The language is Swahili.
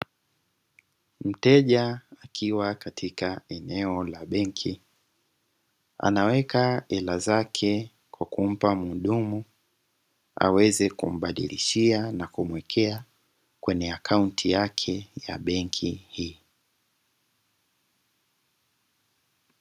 Mteja akiwa katika eneo la benki anaweka hela zake kwa kumpa muhudumu, aweze kumbadilishia na kumuwekea kwenye akaunti yake ya benki hii.